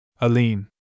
Aline